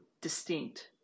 distinct